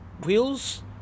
wheels